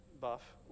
Buff